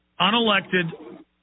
unelected